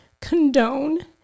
condone